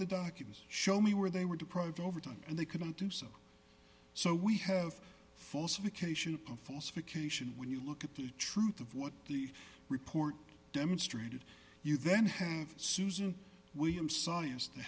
the documents show me where they were deprived over time and they couldn't do so so we have false vacation a false vacation when you look at the truth of what the report demonstrated you then have susan williams s